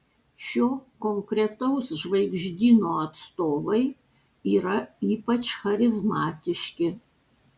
šio konkretaus žvaigždyno atstovai yra ypač charizmatiški